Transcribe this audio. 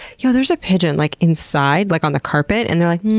yo, there's a pigeon like inside, like on the carpet, and they're like,